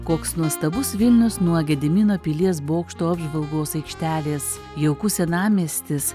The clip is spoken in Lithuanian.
koks nuostabus vilnius nuo gedimino pilies bokšto apžvalgos aikštelės jaukus senamiestis